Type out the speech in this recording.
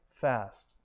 fast